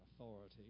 authority